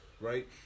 right